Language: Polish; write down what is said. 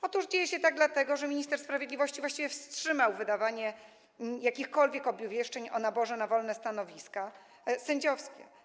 Otóż dzieje się tak dlatego, że minister sprawiedliwości właściwie wstrzymał wydawanie jakichkolwiek obwieszczeń o naborze na wolne stanowiska sędziowskie.